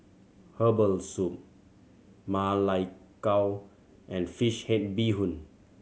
herbal soup Ma Lai Gao and fish head bee hoon